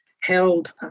held